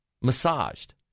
massaged